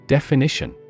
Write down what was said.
Definition